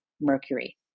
mercury